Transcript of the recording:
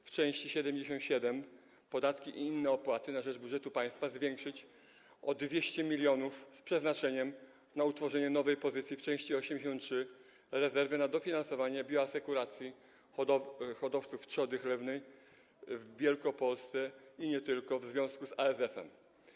W części 77: Podatki i inne wpłaty na rzecz budżetu państwa zwiększyć o 200 mln z przeznaczeniem na utworzenie nowej pozycji w części 83: rezerwy, na dofinansowanie bioasekuracji hodowców trzody chlewnej w Wielkopolsce i nie tylko w związku z ASF-em.